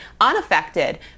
unaffected